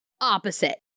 opposite